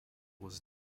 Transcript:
was